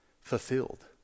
fulfilled